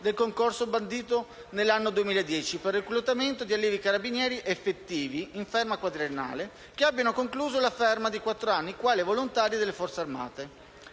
del concorso bandito nell'anno 2010 per il reclutamento di allievi Carabinieri effettivi in ferma quadriennale, che abbiano concluso la ferma di quattro anni quale volontari nelle Forze armate.